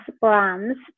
brands